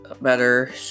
better